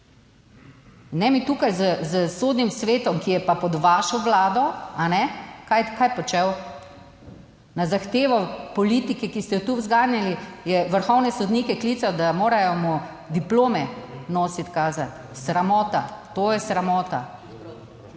Ne mi tukaj s Sodnim svetom, ki je pa pod vašo Vlado, - kaj počel? - na zahtevo politike, ki ste jo tu zganjali, je vrhovne sodnike klical, da morajo mu diplome nositi kazen. Sramota. To je sramota...